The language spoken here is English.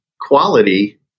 quality